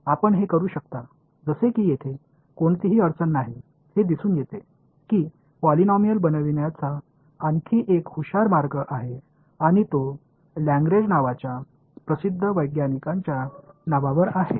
இப்போது நீங்கள் இதைச் செய்ய முடியும் என்பதில் எந்தப் பிரச்சினையும் இல்லை இந்த பாலினாமியல் க் கட்டுவதற்கு மிகவும் புத்திசாலித்தனமான வழி இருக்கிறது அது லக்ரேஞ்ச் என்ற பிரபல விஞ்ஞானியின் பெயரைப் பின்பற்றுகிறது